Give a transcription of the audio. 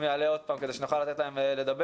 יעלה עוד פעם כדי שנוכל לתת להם לדבר,